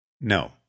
No